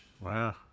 Wow